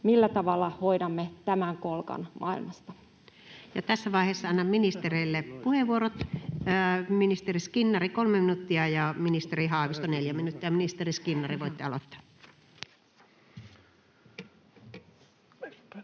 Millä tavalla hoidamme tämän kolkan maailmasta? Ja tässä vaiheessa annan ministereille puheenvuorot: ministeri Skinnari 3 minuuttia ja ministeri Haavisto 4 minuuttia. — Ministeri Skinnari, voitte aloittaa. Arvoisa